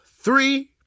three